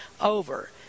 over